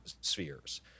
spheres